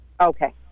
Okay